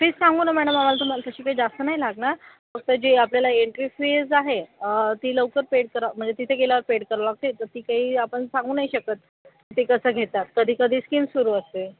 fees सांगू ना madam आम्हाला तुम्हाला तशी काही जास्त नाही लागणार फक्त जे आपल्याला एंट्री फीज आहे ती लवकर पेड करावं म्हणजे तिथे गेल्यावर पेड कर लागते तर ती काही आपण सांगू नाही शकत ते कसं घेतात कधी कधी स्किम सुरू असते